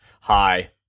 Hi